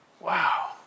Wow